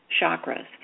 chakras